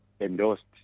endorsed